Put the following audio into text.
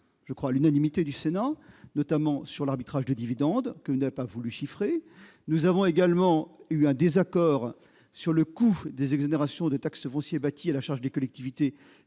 semble-t-il, à l'unanimité du Sénat, notamment sur l'arbitrage de dividendes, que vous n'avez pas voulu chiffrer. Nous avons également eu un désaccord sur le coût des exonérations de taxe foncière sur les propriétés bâties à la charge des collectivités.